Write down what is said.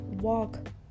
walk